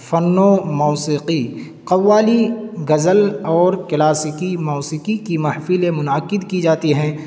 فن و موسیقی قوالی غزل اور کلاسیکی موسیقی کی محفلیں منعقد کی جاتی ہیں